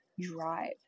drive